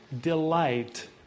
delight